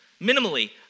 minimally